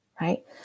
right